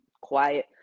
quiet